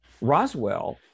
Roswell